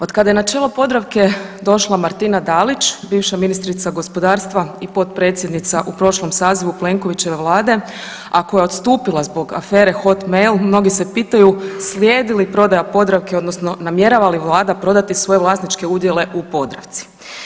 Od kada je na čelo Podravke došla Martina Dalić bivša ministrica gospodarstva i potpredsjednica u prošlom sazivu Plenkovićeve vlade, a koja je odstupila zbog afere hot mail, mnogi se pitaju slijedi li prodaja Podravke odnosno namjerava li Vlada prodati svoje vlasničke udjele u Podravci.